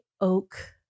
oak